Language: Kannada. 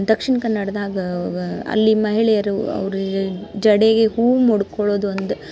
ದಕ್ಷಿಣ ಕನ್ನಡದಾಗ ಅಲ್ಲಿ ಮಹಿಳೆಯರು ಅವರಿಗೆ ಜಡೆಗೆ ಹೂ ಮುಡ್ಕೊಳ್ಳೋದು ಒಂದು